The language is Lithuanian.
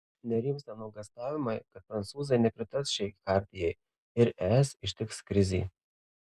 nerimsta nuogąstavimai kad prancūzai nepritars šiai chartijai ir es ištiks krizė